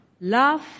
love